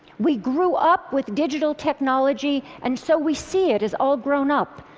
we grew up with digital technology and so we see it as all grown up.